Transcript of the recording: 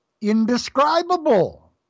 Indescribable